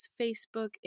Facebook